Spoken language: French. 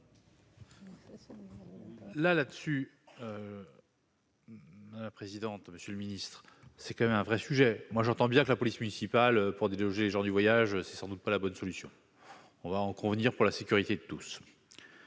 La là-dessus. La présidente, monsieur le Ministre, c'est quand même un vrai sujet, moi j'entends bien que la police municipale pour déloger les gens du voyage, c'est sans doute pas la bonne solution, on va en convenir pour la sécurité de tous,